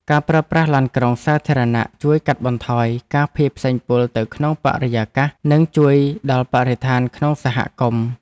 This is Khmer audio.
ការប្រើប្រាស់ឡានក្រុងសាធារណៈជួយកាត់បន្ថយការភាយផ្សែងពុលទៅក្នុងបរិយាកាសនិងជួយដល់បរិស្ថានក្នុងសហគមន៍។